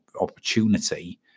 opportunity